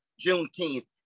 Juneteenth